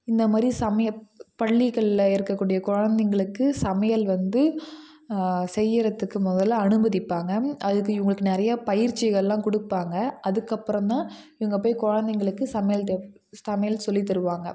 இந்தமாதிரி சமய பள்ளிகளில் இருக்கக்கூடிய குழந்தைங்களுக்கு சமையல் வந்து செய்யுறதுக்கு மொதலில் அனுமதிப்பாங்க அதுக்கு இவங்களுக்கு நிறைய பயிற்சிகளெலாம் கொடுப்பாங்க அதுக்கப்புறம் தான் இவங்க போய் குழந்தைகளுக்கு சமையல் தெ சமையல் சொல்லித்தருவாங்க